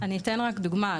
אני אתן רק דוגמא.